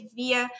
via